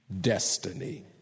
destiny